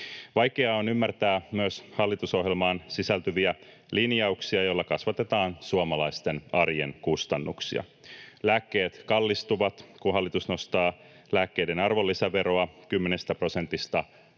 Vaikeaa on ymmärtää myös hallitusohjelmaan sisältyviä linjauksia, joilla kasvatetaan suomalaisten arjen kustannuksia. Lääkkeet kallistuvat, kun hallitus nostaa lääkkeiden arvonlisäveroa 10 prosentista